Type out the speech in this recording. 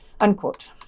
unquote